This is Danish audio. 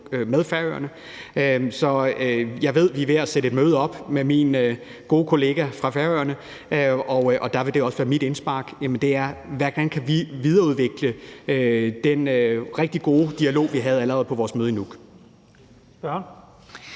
med Færøerne. Jeg ved, at vi er ved at sætte et møde op med min gode kollega fra Færøerne, og der vil det også være mit indspark, hvordan vi kan videreudvikle den rigtig gode dialog, vi havde allerede på vores møde i Nuuk.